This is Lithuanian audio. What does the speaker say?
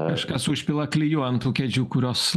kažkas užpila klijų ant tų kėdžių kurios